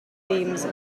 themes